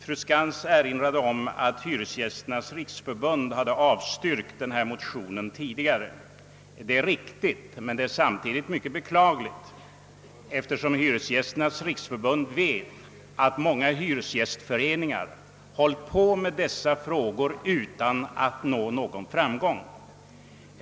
Fru Skantz erinrade om att Hyresgästernas riksförbund tidigare hade avstyrkt denna motion. Det är riktigt, men det är samtidigt mycket beklagligt, eftersom Hyresgästernas riksförbund vet att många hyresgästföreningar agerat i dessa frågor. utan att nå någon framgång.